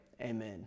Amen